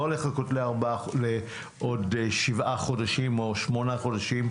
לא לחכות לעוד שבעה חודשים או שמונה חודשים,